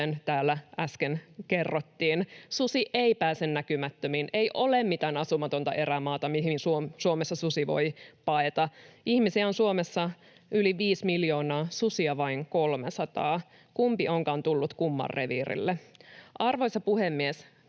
kuten täällä äsken kerrottiin. Susi ei pääse näkymättömiin. Ei ole mitään asumatonta erämaata, mihin Suomessa susi voi paeta. Ihmisiä on Suomessa yli viisi miljoonaa, susia vain 300. Kumpi onkaan tullut kumman reviirille? Arvoisa puhemies!